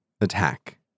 attack